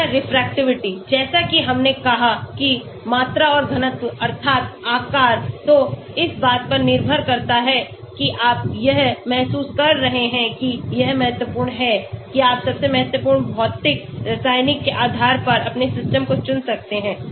Molecular Refractivity जैसा कि हमने कहा कि मात्रा और घनत्व अर्थात आकार तो इस बात पर निर्भर करता है कि आप यह महसूस कर रहे हैं कि यह महत्वपूर्ण है कि आप सबसे महत्वपूर्ण भौतिक रासायनिक के आधार पर अपने सिस्टम को चुन सकते हैं